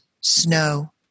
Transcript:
snow